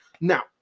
Now